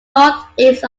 northeast